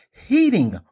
heating